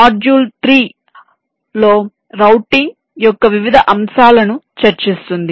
module 3 routing యొక్క వివిధ అంశాలను చర్చిస్తుంది